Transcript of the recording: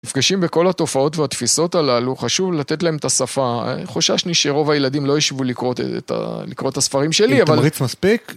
נפגשים בכל התופעות והתפיסות הללו, חשוב לתת להם את השפה. חוששני שרוב הילדים לא ישבו לקרוא את הספרים שלי, אבל... אם תמריץ מספיק...